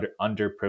underprivileged